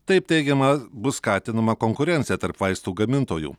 taip teigiama bus skatinama konkurencija tarp vaistų gamintojų